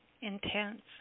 intense